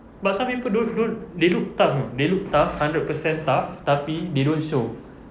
but some people don't don't they look tough you know they look tough hundred percent tough tapi they don't show